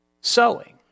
sowing